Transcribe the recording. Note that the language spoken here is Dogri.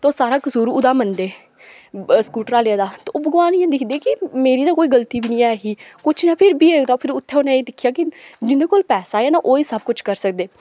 ते ओह् सारा कसूर ओह्दा मन्नदे स्कूटर आह्ले दा ते ओह् भगवान इ'यां दिखदे कि मेरी ते कोई गलती बी नेईं ऐ ही कुछ नेईं फिर बी उत्थे उनें एह् दिक्खेआ कि जिंदे कोल पैसा ऐ ना ओह् ई सब कुछ करी सकदे